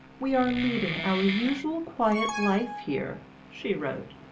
we are leading our usual quiet life here, she wrote,